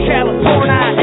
California